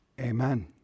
Amen